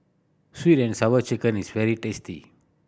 Sweet And Sour Chicken is very tasty